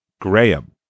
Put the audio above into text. Graham